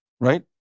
right